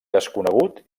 desconegut